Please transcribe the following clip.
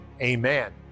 Amen